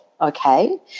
okay